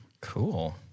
Cool